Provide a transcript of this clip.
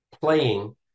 playing